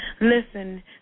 Listen